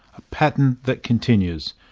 a pattern that continues.